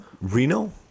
Reno